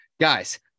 Guys